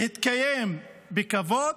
להתקיים בכבוד,